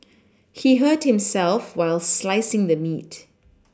he hurt himself while slicing the meat